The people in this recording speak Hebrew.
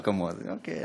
המואזין, אוקיי.